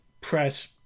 press